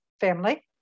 family